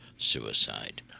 Suicide